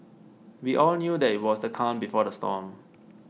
we all knew that it was the calm before the storm